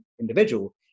individual